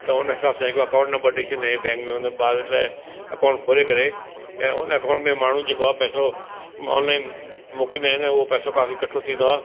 त उन हिसाब सां हिकु अकाउंट नंबर ॾई छॾंदा आहियूं इहे बैंक में हुन लाइ ॿार लाइ अकाउंट खोले करे ऐं उन अकाउंट में माण्हू जेको आहे पैसो माण्हू ऑनलाइन मोकिलींदा आहिनि उहो पैसो काफ़ी कठो थींदो आहे